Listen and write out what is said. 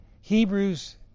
Hebrews